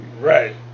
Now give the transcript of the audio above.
Right